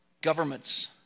governments